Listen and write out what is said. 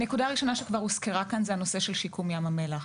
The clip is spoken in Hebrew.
הנקודה הראשונה שכבר הוזכרה כאן זה הנושא של שיקום ים המלח.